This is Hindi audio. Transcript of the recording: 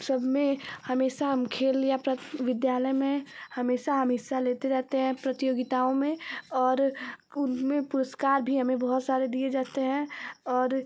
सबमें हमेशा हम खेल या प्रत् विद्यालय मे हमेशा हम हिस्सा लेते जाते है प्रतियोगिताओं में और उनमें पुरस्कार भी हमें बहुत सारे दिए जाते हैं और